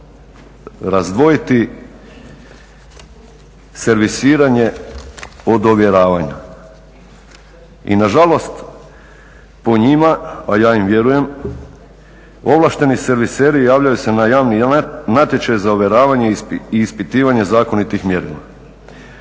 razdvojiti servisiranje od ovjeravanja. I nažalost po njima, a ja im vjerujem ovlašteni serviseri javljaju se na javni natječaj za ovjeravanje i ispitivanje zakonitih mjerila.